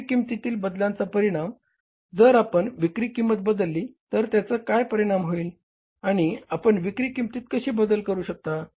विक्री किंमतीतील बदलांचा परिणाम जर आपण विक्री किंमत बदलली तर त्याचा काय परिणाम होईल आणि आपण विक्री किंमत कशी बदलू शकता